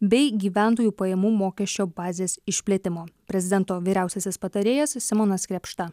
bei gyventojų pajamų mokesčio bazės išplėtimo prezidento vyriausiasis patarėjas simonas krėpšta